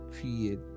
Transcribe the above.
create